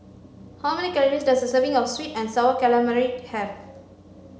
how many calories does a serving of sweet and sour calamari have